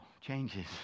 changes